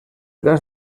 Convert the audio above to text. gas